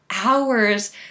hours